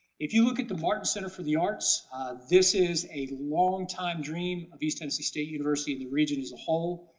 if you look at the martin center for the arts this is a long time dream of east tennessee state university and the region as a whole.